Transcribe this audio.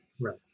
Right